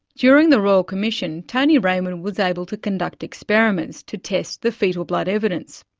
during the royal commission, tony raymond was able to conduct experiments to test the foetal blood evidence.